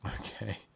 Okay